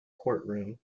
courtroom